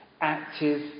active